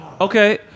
Okay